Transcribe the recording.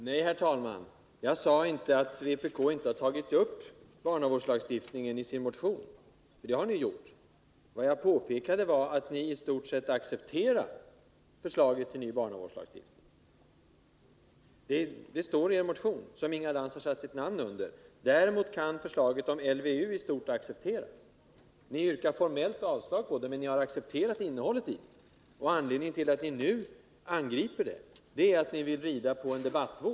Herr talman! Nej, Inga Lantz, jag sade inte att vpk inte har tagit upp barnavårdslagstiftningen i sin motion; det har ni gjort. Vad jag påpekade var att ni i stort sett accepterar förslaget till ny barnavårdslagstiftning. Det står i er motion, som Inga Lantz har satt sitt namn under: ”Däremot kan förslaget om LVU i stort accepteras.” Ni yrkar formellt avslag på det, men ni har accepterat innehållet i det. Anledningen till att ni nu angriper förslaget är att ni vill rida på en debattvåg.